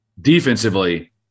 Defensively